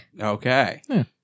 Okay